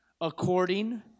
according